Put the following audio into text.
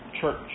church